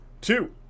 two